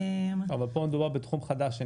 אבל כאן מדובר בתחום חדש.